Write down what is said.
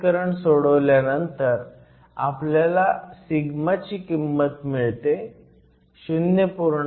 हे समीकरण सोडवल्यानंतर आपल्याला σ ची किंमत मिळते 0